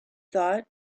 thought